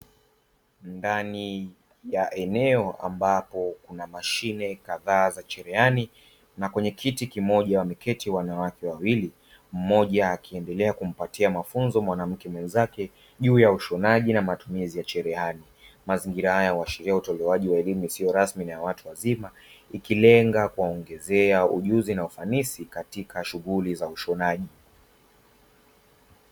Ndani ya eneo ambapo kuna mashine kadhaa za chereani na kwenye kiti kimoja, wameketi wanawake wawili mmoja akiendelea kumpatia mafunzo mwanamke mwenzake juu ya ushonaji na matumizi ya cherehani, mazingira haya huashiria utolewaji wa elimu isiyo rasmi na watu wazima ikilenga kuwaongezea ujuzi na ufanisi katika shughuli za ushonaji.